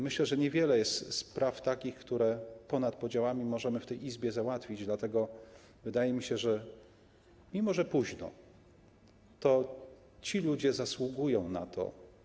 Myślę, że niewiele jest takich spraw, które ponad podziałami możemy w tej Izbie załatwić, dlatego wydaje mi się, że mimo że późno, to ci ludzie zasługują na to.